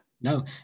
no